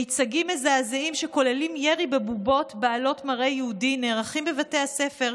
מיצגים מזעזעים שכוללים ירי בבובות בעלות מראה יהודי נערכים בבתי הספר,